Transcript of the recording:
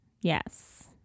yes